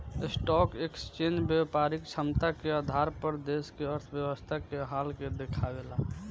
stock exchange व्यापारिक क्षमता के आधार पर देश के अर्थव्यवस्था के हाल के देखावेला